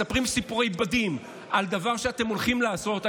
מספרים סיפורי בדים על דבר שאתם הולכים לעשות,